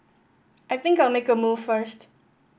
I think I'll make a move first